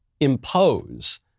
impose